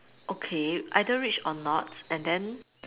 okay either rich or not and then